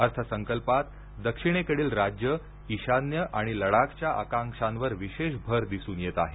अर्थसंकल्पात दक्षिण राज्ये ईशान्य लडाखच्या आकांक्षांवर विशेष भर दिसून येत आहे